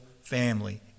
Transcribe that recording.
family